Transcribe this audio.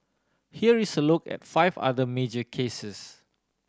here is a look at five other major cases